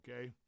okay